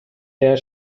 der